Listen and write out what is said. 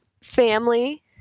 family